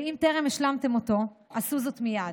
ואם טרם השלמתם אותו, עשו זאת מייד.